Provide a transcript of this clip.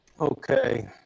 Okay